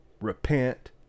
repent